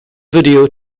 video